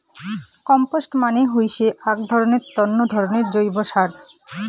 compost মানে হইসে আক চাষের তন্ন ধরণের জৈব সার